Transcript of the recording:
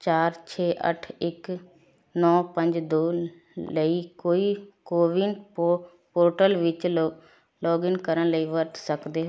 ਚਾਰ ਛੇ ਅੱਠ ਇੱਕ ਨੌ ਪੰਜ ਦੋ ਲਈ ਕੋਈ ਕੋਵਿਨ ਪੋ ਪੋਰਟਲ ਵਿੱਚ ਲੌ ਲੌਗਿਨ ਕਰਨ ਲਈ ਵਰਤ ਸਕਦੇ